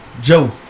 Joe